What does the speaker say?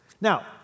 Now